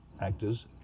Actors